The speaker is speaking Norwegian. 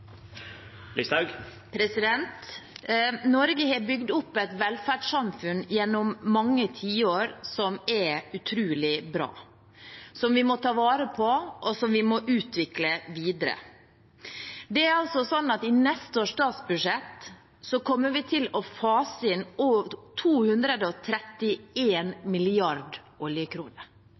bra, som vi må ta vare på, og som vi må utvikle videre. I neste års statsbudsjett kommer vi til å fase inn